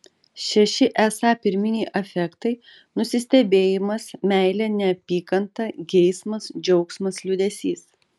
šeši esą pirminiai afektai nusistebėjimas meilė neapykanta geismas džiaugsmas liūdesys